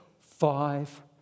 five